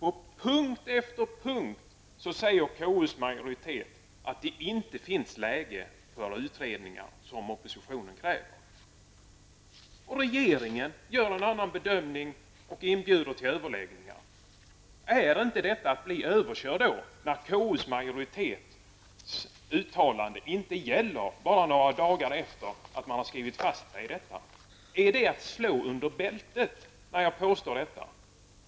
På punkt efter punkt säger KUs majoritet att det inte är läge för de utredningar som oppositionen kräver. Men regeringen gör en annan bedömning och inbjuder till överläggningar. Är det inte att bli överkörd när KU-majoritetens uttalande inte gäller bara några dagar efter det att det har gjorts? Är det att slå under bältet när jag påstår detta?